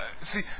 See